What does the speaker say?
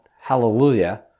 hallelujah